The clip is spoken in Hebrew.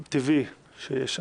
טבעי שיהיה שם.